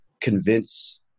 convince